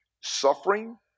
Suffering